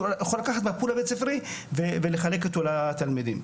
הוא יכול לקחת מהפול הבית-ספרי ולחלק אותו לתלמידים.